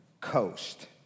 coast